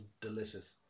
delicious